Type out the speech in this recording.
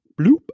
bloop